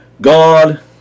God